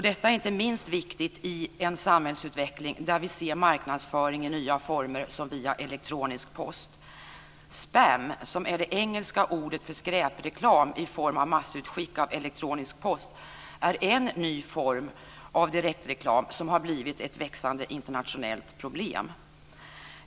Detta är inte minst viktigt i en samhällsutveckling där vi ser marknadsföring i nya former, som via elektronisk post. Spam, som är det engelska ordet för skräpreklam i form av massutskick av elektronisk post, är en ny form av direktreklam som har blivit ett växande internationellt problem.